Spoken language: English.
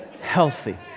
healthy